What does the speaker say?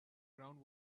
ground